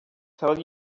tell